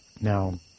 Now